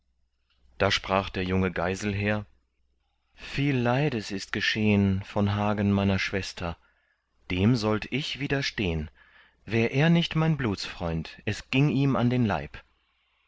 da sprach der junge geiselher viel leides ist geschehn von hagen meiner schwester dem sollt ich widerstehn wär er nicht mein blutsfreund es ging ihm an den leib